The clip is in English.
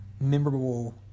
memorable